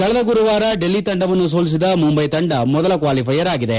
ಕಳೆದ ಗುರುವಾರ ಡಲ್ಲಿ ತಂಡವನ್ನು ಸೋಲಿಸಿದ ಮುಂಬೈ ತಂಡ ಮೊದಲ ಕ್ವಾಲಿಫೈಯರ್ ಆಗಿದೆ